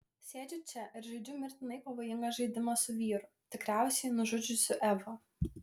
sėdžiu čia ir žaidžiu mirtinai pavojingą žaidimą su vyru tikriausiai nužudžiusiu evą